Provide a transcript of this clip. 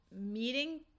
meeting